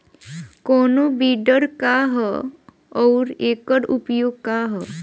कोनो विडर का ह अउर एकर उपयोग का ह?